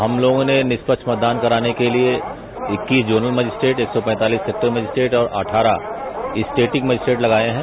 हम लोगों ने निष्पक्ष मतदान कराने के लिये इक्कीस जोनल मजिस्ट्रेट एक सौ पैंतालीस सेक्टर मजिस्टेट और अट्ठारह स्टेटिक मजिस्ट्रेट लगाये हैं